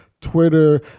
Twitter